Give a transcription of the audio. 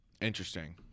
Interesting